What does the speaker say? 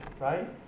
right